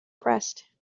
pressed